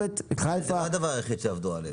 זה לא הדבר היחיד שעבדו עליהם.